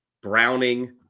Browning